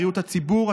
בריאות הציבור,